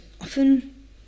often